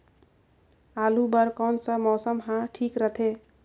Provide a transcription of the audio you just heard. आलू बार कौन सा मौसम ह ठीक रथे?